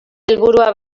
helburua